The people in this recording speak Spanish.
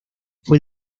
fue